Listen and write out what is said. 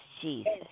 Jesus